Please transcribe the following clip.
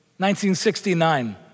1969